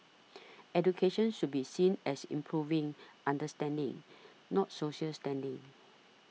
education should be seen as improving understanding not social standing